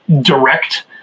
direct